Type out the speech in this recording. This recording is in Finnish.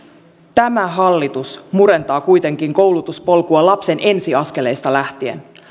tämä hallitus murentaa kuitenkin koulutuspolkua lapsen ensiaskeleista lähtien